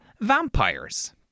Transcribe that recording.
vampires